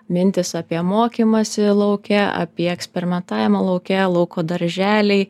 mintys apie mokymąsi lauke apie eksperimentavimą lauke lauko darželiai